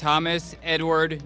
thomas edward